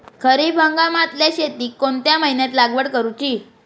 खरीप हंगामातल्या शेतीक कोणत्या महिन्यात लागवड करूची?